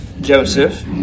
Joseph